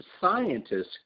scientists